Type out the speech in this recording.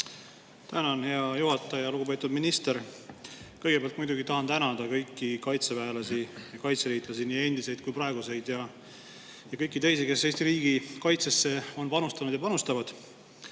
Tänan, hea juhataja! Lugupeetud minister! Kõigepealt muidugi tahan tänada kõiki kaitseväelasi ja kaitseliitlasi, nii endiseid kui ka praeguseid, ja kõiki teisi, kes Eesti riigikaitsesse on panustanud ja panustavad.